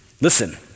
Listen